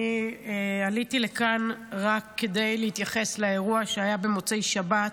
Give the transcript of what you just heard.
עליתי לכאן רק כדי להתייחס לאירוע שהיה במוצאי שבת,